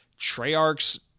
Treyarch's